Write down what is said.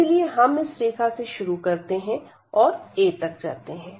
इसीलिए हम इस रेखा से शुरू करते हैं और a तक जाते हैं